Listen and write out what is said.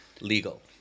legal